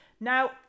now